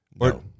No